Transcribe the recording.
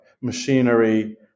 machinery